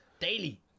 Daily